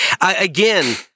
Again